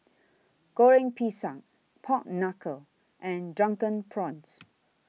Goreng Pisang Pork Knuckle and Drunken Prawns